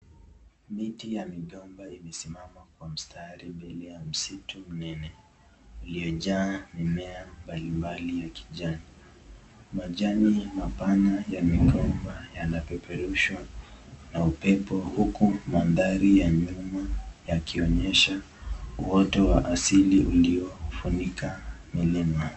Miti ya migomba imesimama kwa mstari mbele ya msitu mnene uliojaa mimea mbalimbali ya kijani. Majani mapana ya migomba yanapeperushwa na upepo huku mandhari ya nyuma yakiionyesha uwoto wa asili uliofunika milima.